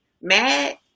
MAD